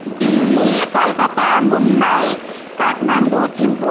Delhi Calcutta Mumbai Kathmandu Thimphu